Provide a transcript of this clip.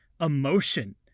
emotion